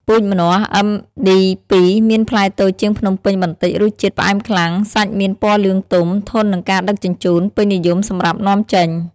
ពូជម្នាស់ MD2 មានផ្លែតូចជាងភ្នំពេញបន្តិច រសជាតិផ្អែមខ្លាំង សាច់មានពណ៌លឿងទុំ ធន់នឹងការដឹកជញ្ជូន ពេញនិយមសម្រាប់នាំចេញ។